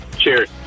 Cheers